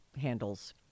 handles